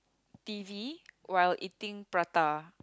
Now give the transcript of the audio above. T_V while eating prata